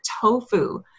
tofu